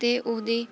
ਅਤੇ ਉਹਦੀ